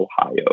Ohio